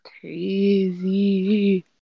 crazy